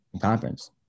conference